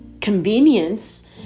convenience